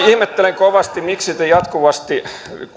ihmettelen kovasti miksi te jatkuvasti